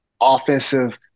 offensive